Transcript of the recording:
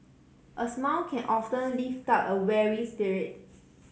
a smile can often lift up a weary spirit